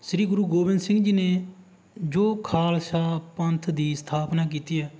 ਸ੍ਰੀ ਗੁਰੂ ਗੋਬਿੰਦ ਸਿੰਘ ਜੀ ਨੇ ਜੋ ਖਾਲਸਾ ਪੰਥ ਦੀ ਸਥਾਪਨਾ ਕੀਤੀ ਹੈ